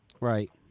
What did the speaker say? Right